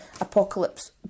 apocalypse